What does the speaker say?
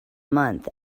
month